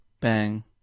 Bang